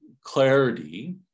clarity